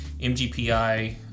MGPI